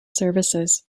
services